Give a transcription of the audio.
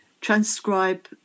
transcribe